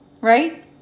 Right